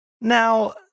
Now